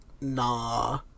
nah